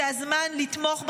זה הזמן לתמוך בחוק,